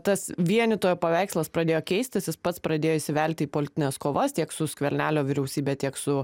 tas vienytojo paveikslas pradėjo keistis jis pats pradėjo įsivelti į politines kovas tiek su skvernelio vyriausybe tiek su